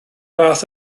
fath